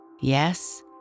Yes